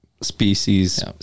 species